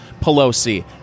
Pelosi